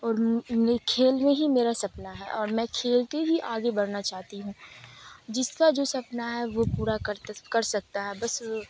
اور کھیل میں ہی میرا سپنا ہے اور میں کھیل کے ہی آگے بڑھنا چاہتی ہوں جس کا جو سپنا ہے وہ پورا کرتا کر سکتا ہے بس